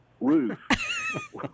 roof